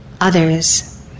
others